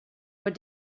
what